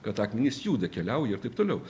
kad akmenys juda keliauja ir taip toliau